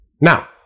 Now